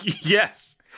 Yes